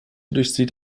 durchzieht